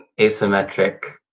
asymmetric